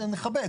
נכבד,